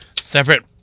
separate